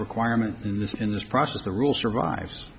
requirement in this in this process the rule survives